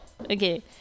okay